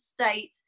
state